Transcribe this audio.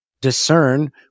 discern